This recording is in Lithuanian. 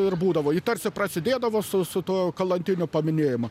ir būdavo ji tarsi prasidėdavo su su tuo kalantinių paminėjimu